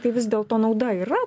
tai vis dėlto nauda yra